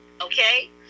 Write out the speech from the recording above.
Okay